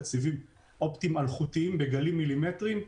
סיבים אופטיים אלחוטיים בגלים מילימטריים.